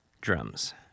drums